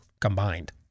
combined